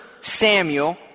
Samuel